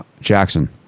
Jackson